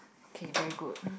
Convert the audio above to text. okay very good